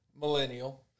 Millennial